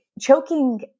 choking